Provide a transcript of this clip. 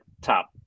top